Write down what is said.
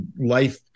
life